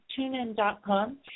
TuneIn.com